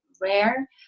rare